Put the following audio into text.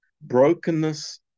brokenness